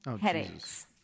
Headaches